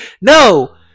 No